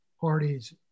parties